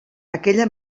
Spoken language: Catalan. aquella